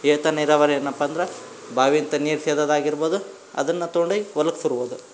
ಏತ ನೀರಾವರಿ ಏನಪ್ಪ ಅಂದ್ರೆ ಬಾವಿಯಿಂತ ನೀರು ಸೇದೋದು ಆಗಿರ್ಬೊದು ಅದನ್ನು ತಗೊಂಡೋಗ್ ಹೊಲಕ್ ಸುರವೋದು